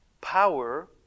power